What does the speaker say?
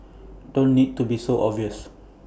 don't need to be so obvious